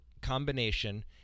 combination